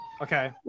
Okay